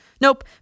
Nope